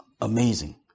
amazing